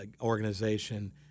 organization